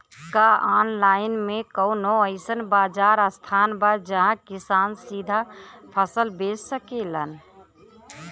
का आनलाइन मे कौनो अइसन बाजार स्थान बा जहाँ किसान सीधा फसल बेच सकेलन?